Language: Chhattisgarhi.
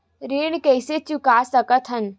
ऋण कइसे चुका सकत हन?